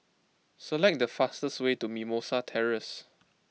select the fastest way to Mimosa Terrace